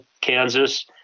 Kansas